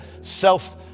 self